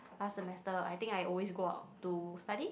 last semester I think I always go out to study